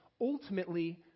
ultimately